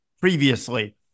previously